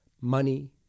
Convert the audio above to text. money